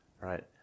Right